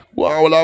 Wow